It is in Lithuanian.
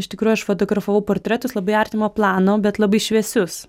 iš tikrųjų aš fotografavau portretus labai artimo plano bet labai šviesius